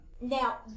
Now